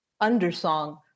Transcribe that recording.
undersong